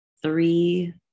Three